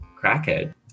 crackhead